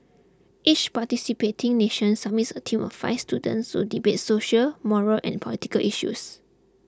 each participating nation submits a team of five students to debate social moral and political issues